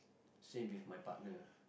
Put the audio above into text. same with my partner